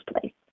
place